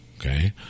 Okay